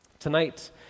Tonight